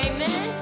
Amen